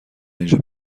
اینجا